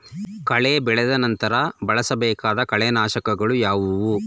ಕಳೆ ಬೆಳೆದ ನಂತರ ಬಳಸಬೇಕಾದ ಕಳೆನಾಶಕಗಳು ಯಾವುವು?